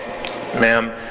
ma'am